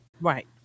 Right